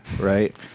Right